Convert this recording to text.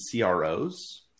CROs